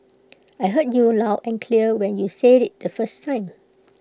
I heard you loud and clear when you said IT the first time